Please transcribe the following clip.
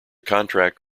contract